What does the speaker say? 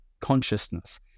consciousness